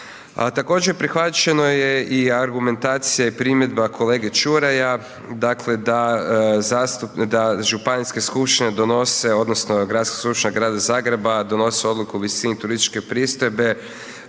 Također prihvaćeno je i argumentacija i primjedba kolege Čuraja, dakle, da županijske skupštine donose odnosno da gradska skupština Grada Zagreba donosi odluku o visini turističke pristojbe